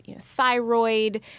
thyroid